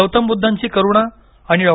गौतम बुद्धांची करुणा आणि डॉ